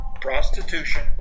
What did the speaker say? prostitution